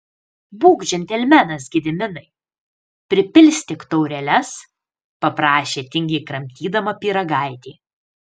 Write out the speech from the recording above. būk džentelmenas gediminai pripilstyk taureles paprašė tingiai kramtydama pyragaitį